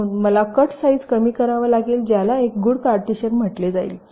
म्हणून मला cut size कमी करावा लागेल ज्याला एक गुड पार्टीशन म्हटले जाईल